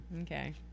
Okay